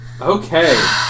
Okay